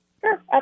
Sure